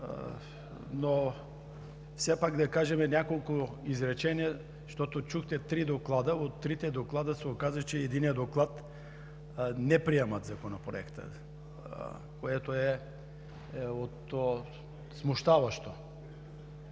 но все пак, да кажем няколко изречения, защото чухте три доклада. В единия от трите доклада се оказа, че не приемат Законопроекта, което е смущаващо.